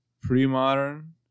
pre-modern